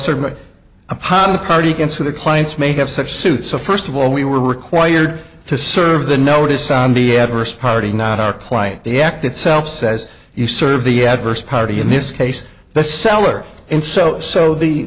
the party can sue their clients may have such suits so first of all we were required to serve the notice on the adverse party not our client the act itself says you serve the adverse party in this case the seller and so so the